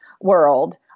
world